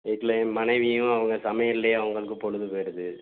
வீட்டில் என் மனைவியும் அவங்க சமையல்ல அவங்களுக்கு பொழுது போயிருது